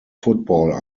football